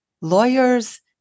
lawyers